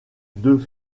deux